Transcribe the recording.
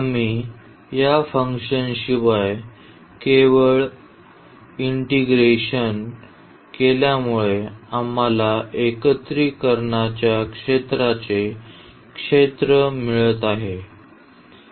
आणि या फंक्शनशिवाय केवळ समाकलित केल्यामुळे आम्हाला एकत्रिकरणांच्या क्षेत्राचे क्षेत्र मिळत आहे